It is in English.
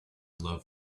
love